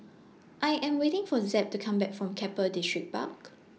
I Am waiting For Zeb to Come Back from Keppel Distripark